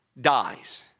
dies